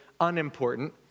unimportant